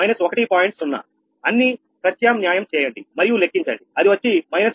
0 అన్ని ప్రత్యామ్న్యాయం చేయండి మరియు లెక్కించండి అది వచ్చి −1